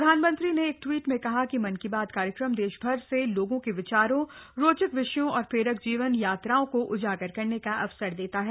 प्रधानमंत्रई ने एक ट्वीट में कहा कि मन की बात कार्यक्रम देशभर से लोगों के विचारों रोचक विषयों और प्रेरक जीवन यात्राओं को उजागर करने का अवसर देता है